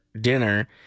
dinner